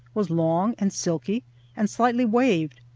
was long and silky and slightly waved,